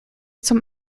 zum